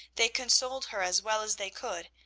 they consoled her as well as they could,